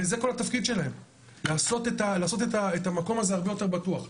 וזה כל התפקיד שלהם - לעשות את המקום הזה הרבה יותר בטוח.